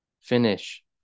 finish